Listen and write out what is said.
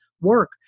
work